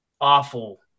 awful